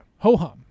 ho-hum